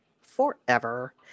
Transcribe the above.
forever